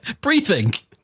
Pre-think